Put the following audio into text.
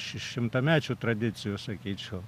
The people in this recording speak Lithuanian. šimtamečių tradicijų sakyčiau